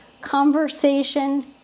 conversation